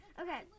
Okay